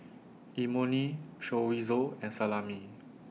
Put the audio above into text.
Imoni Chorizo and Salami